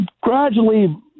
gradually